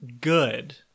good